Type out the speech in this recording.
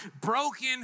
broken